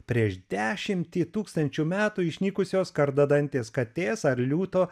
prieš dešimtį tūkstančių metų išnykusios kartą dantis katės ar liūto